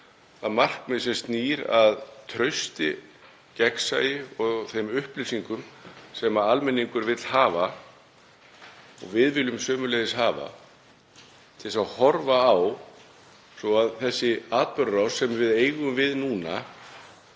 markmiðið sem snýr að trausti, gagnsæi og þeim upplýsingum sem almenningur vill hafa og við viljum sömuleiðis hafa til að horfa á, svo að sú atburðarás sem við eigum við núna